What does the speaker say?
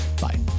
Bye